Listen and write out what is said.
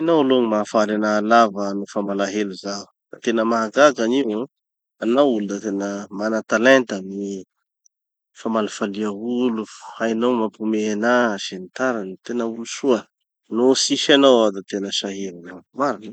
Hainao aloha gny mahafaly anaha lava nofa malahelo zaho. Tena mahagaga anio. Hanao olo da tena mana talenta amy gny famalifalia olo, hainao mampihomehy anaha sy ny tariny, tena olo soa. No tsisy anao aho da tena sahiranaho. Marina!